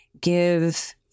give